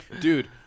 Dude